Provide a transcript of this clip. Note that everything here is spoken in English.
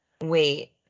wait